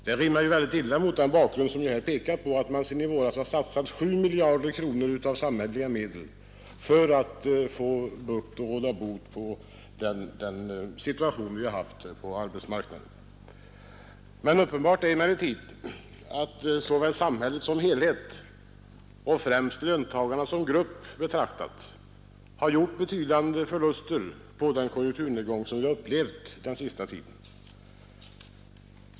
Det rimmar mycket illa med den bakgrund som jag här pekat på, nämligen att man sedan i våras har satsat 7 miljarder kronor av samhälleliga medel för att råda bot på den situation vi har haft på arbetsmarknaden. Uppenbart är emellertid att både samhället som helhet och, främst, löntagarna som grupp betraktade har gjort betydande förluster på den konjunkturnedgång som vi upplevt den senaste tiden.